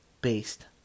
based